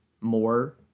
more